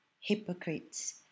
Hypocrites